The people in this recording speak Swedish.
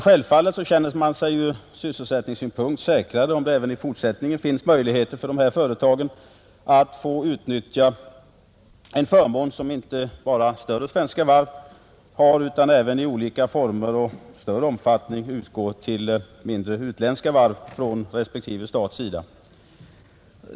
Självfallet känner man sig ur sysselsättningssynpunkt säkrare, om det även i fortsättningen finns möjligheter för dessa företag att utnyttja en förmån, som inte bara större svenska varv åtnjuter utan som även i olika former och i större omfattning utgår också till mindre, utländska varv från respektive stat.